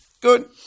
Good